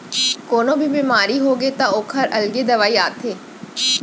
कोनो भी बेमारी होगे त ओखर अलगे दवई आथे